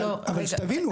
אבל שתבינו,